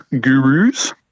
gurus